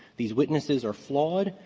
these witnesses are flawed.